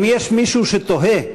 אם יש מישהו שתוהה,